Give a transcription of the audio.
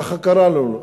ככה קראנו לו.